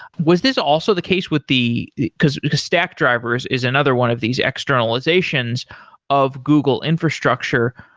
was this also the case with the because because stackdriver is is another one of these externalizations of google infrastructure.